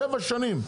שבע שנים.